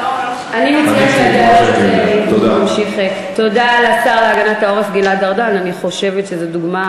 אני אשמח להמשיך את הדיאלוג, זה מאוד חשוב.